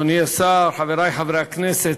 אדוני השר, חברי חברי הכנסת,